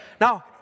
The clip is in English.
Now